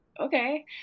okay